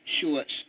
shorts